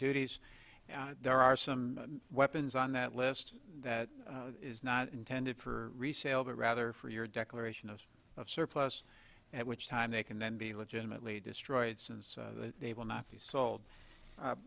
duties there are some weapons on that list that is not intended for resale but rather for your declaration of surplus at which time they can then be legitimately destroyed since they will not be sold